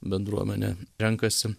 bendruomenė renkasi